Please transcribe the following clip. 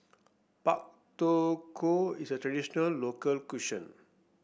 Pak Thong Ko is a traditional local cuisine